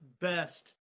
best